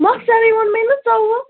مۄخصَرٕے ووٚنمٕے نا ژوٚوُہ